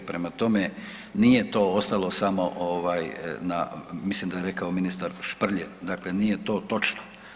Prema tome, nije to ostalo samo na mislim da je rekao ministar Šprlje dakle nije to točno.